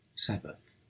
sabbath